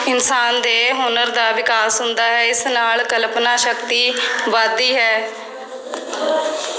ਇਨਸਾਨ ਦੇ ਹੁਨਰ ਦਾ ਵਿਕਾਸ ਹੁੰਦਾ ਹੈ ਇਸ ਨਾਲ ਕਲਪਨਾ ਸ਼ਕਤੀ ਵੱਧਦੀ ਹੈ